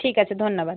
ঠিক আছে ধন্যবাদ